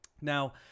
Now